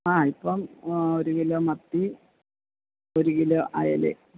ആ ഇപ്പം ഒര് കിലോ മത്തിയും ഒര് കിലോ അയലയും